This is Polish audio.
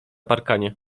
parkanie